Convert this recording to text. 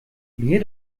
mir